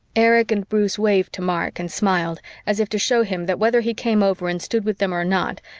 erich and bruce waved to mark and smiled, as if to show him that whether he came over and stood with them or not,